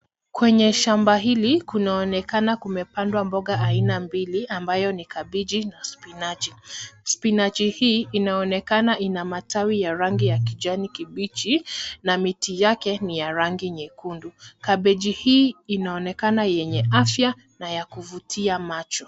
Kwenye shamba hili, kunaonekana kumepandwa mboga aina mbili ambayo ni kabichi na spinachi. Spinachi hii inaonekana ina matawi ya rangi ya kijani kibichi na miti yake ni ya rangi nyekundu. Kabichi hii inaonekana yenye afya na ya kuvutia macho.